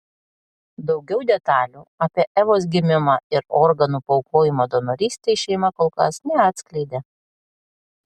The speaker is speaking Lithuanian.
daugiau detalių apie evos gimimą ir organų paaukojimą donorystei šeima kol kas neatskleidė